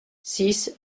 six